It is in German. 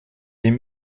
dem